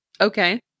Okay